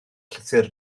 llythyr